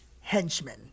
henchmen